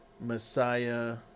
Messiah